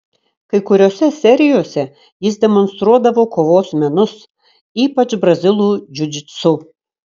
kai kuriose serijose jis demonstruodavo kovos menus ypač brazilų džiudžitsu